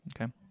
okay